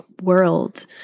world